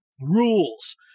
rules